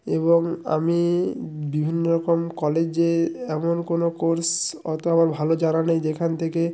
এবং আমি বিভিন্ন রকম কলেজে এমন কোনো কোর্স অত আমার ভালো জানা নেই যেখান থেকে